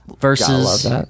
versus